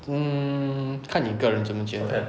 mm 看你个人这么觉得